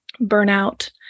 burnout